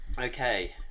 okay